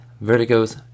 Vertigo's